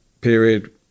period